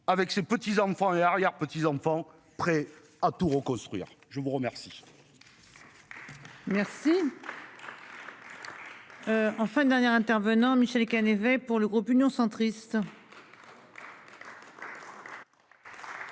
avec ses petits-enfants et arrière- petits-enfants prêt à tout reconstruire. Je vous remercie. Enfin dernière intervenant Michèle Canet fait pour le groupe Union centriste.